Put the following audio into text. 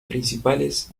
principales